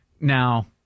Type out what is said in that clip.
Now-